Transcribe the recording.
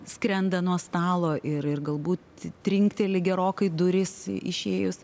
skrenda nuo stalo ir ir galbūt trinkteli gerokai durys išėjus